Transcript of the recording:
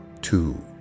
two